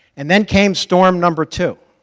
and then came storm number two,